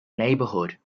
neighborhood